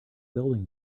building